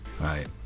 Right